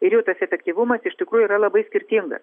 ir jų tas efektyvumas iš tikrųjų yra labai skirtingas